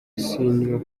isinywa